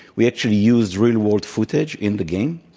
we actually used real war footage in the game.